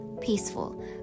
peaceful